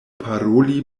paroli